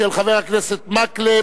של חבר הכנסת מקלב.